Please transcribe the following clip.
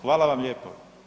Hvala vam lijepo.